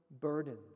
burdens